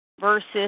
versus